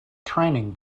training